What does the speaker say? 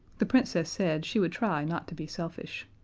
the princess said she would try not to be selfish.